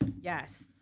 Yes